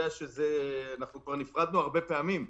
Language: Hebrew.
אנחנו כבר נפרדנו הרבה פעמים,